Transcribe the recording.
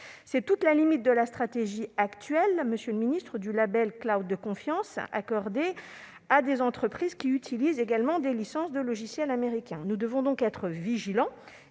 C'est toute la limite de la stratégie actuelle du label « de confiance » accordé à des entreprises qui utilisent également des licences de logiciels américains. Nous devons donc être vigilants